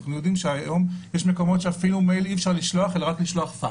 אנחנו יודעים שהיום אי אפשר לשלוח מייל אלא רק לשלוח פקס.